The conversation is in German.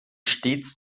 stets